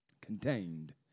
contained